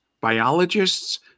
biologists